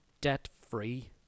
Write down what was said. debt-free